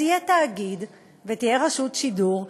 אז יהיה תאגיד ותהיה רשות שידור,